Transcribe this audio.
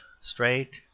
straight